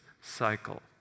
cycle